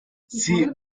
sie